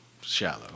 shallow